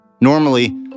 Normally